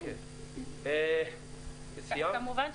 כמובן,